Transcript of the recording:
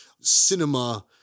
cinema